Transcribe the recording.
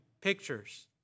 pictures